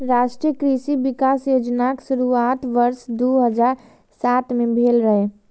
राष्ट्रीय कृषि विकास योजनाक शुरुआत वर्ष दू हजार सात मे भेल रहै